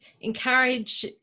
encourage